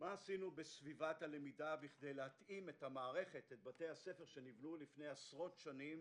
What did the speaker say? מה עשינו בסביבת הלמידה כדי להתאים את בתי הספר שנבנו לפני עשרות שנים,